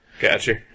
Gotcha